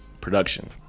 production